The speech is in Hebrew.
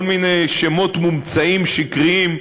כל מיני שמות מומצאים שקריים,